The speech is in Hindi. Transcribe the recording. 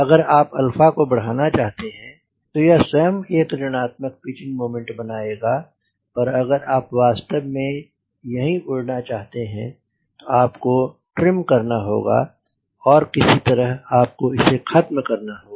अगर आप को बढ़ाना चाहते हैं तो यह स्वयं एक ऋणात्मक पिचिंग मोमेंट बनाएगा पर अगर आप वास्तव में यहीं उड़ना चाहते हैं तो आपको विमान को ट्रिम करना होगा और किसी तरह आपको इसे ख़तम करना होगा